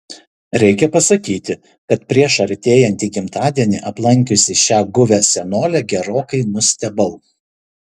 reikia pasakyti kad prieš artėjantį gimtadienį aplankiusi šią guvią senolę gerokai nustebau